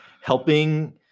helping